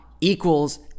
equals